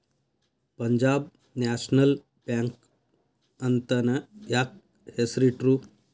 Punjab National Bank ಅಂತನ ಯಾಕ್ ಹೆಸ್ರಿಟ್ರು?